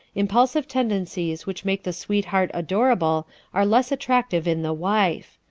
impulsive tendencies which made the sweetheart adorable are less attractive in the wife.